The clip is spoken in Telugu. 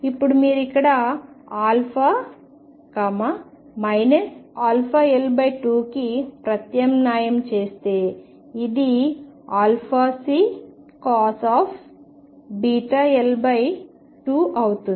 ఇప్పుడు మీరు ఇక్కడ αL2 కి ప్రత్యామ్నాయం చేస్తే ఇది αC βL2 అవుతుంది